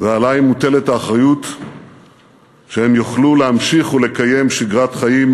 ועלי מוטלת האחריות שהם יוכלו להמשיך ולקיים שגרת חיים